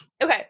okay